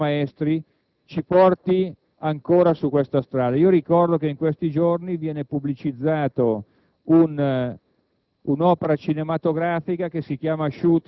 la glorificazione continua dei cattivi maestri, ci porti ancora su questa strada. Ricordo, infine, che, in questi giorni, viene pubblicizzata